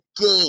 game